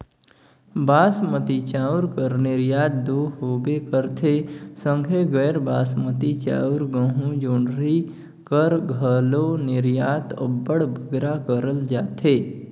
बासमती चाँउर कर निरयात दो होबे करथे संघे गैर बासमती चाउर, गहूँ, जोंढरी कर घलो निरयात अब्बड़ बगरा करल जाथे